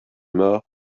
mort